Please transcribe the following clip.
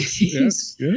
yes